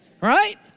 Right